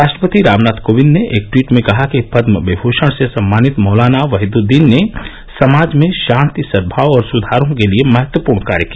राष्ट्रपति रामनाथ कोविंद ने एक ट्वीट में कहा कि पदम विभूषण से सम्मानित मौलाना वहिद्दीन ने समाज में शांति सदभाव और सुधारों के लिए महत्वपूर्ण कार्य किया